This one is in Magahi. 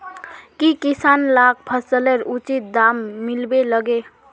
की किसान लाक फसलेर उचित दाम मिलबे लगे?